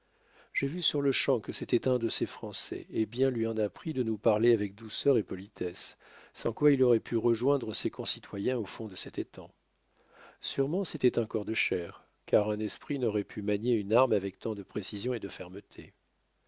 j'ai vu sur-lechamp que c'était un de ces français et bien lui en a pris de nous parler avec douceur et politesse sans quoi il aurait pu rejoindre ses concitoyens au fond de cet étang sûrement c'était un corps de chair car un esprit n'aurait pu manier une arme avec tant de précision et de fermeté